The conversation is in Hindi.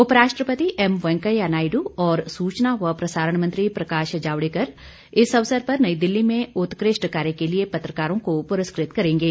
उपराष्ट्रपति एम वेंकैया नायडू और सूचना व प्रसारण मंत्री प्रकाश जावड़ेकर इस अवसर पर नई दिल्ली में उत्कृष्ट कार्य के लिए पत्रकारों को पुरस्कृत करेंगे